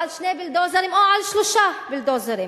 על שני בולדוזרים או על שלושה בולדוזרים,